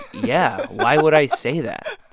yeah, why would i say that?